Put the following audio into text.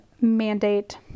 mandate